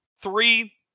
Three